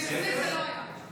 זה לא היה ככה.